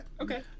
Okay